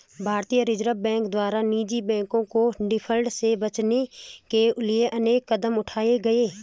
भारतीय reserve bank द्वारा निजी बैंकों को डिफॉल्ट से बचाने के लिए अनेक कदम उठाए गए